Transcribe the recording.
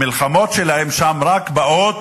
המלחמות שלהם שם רק באות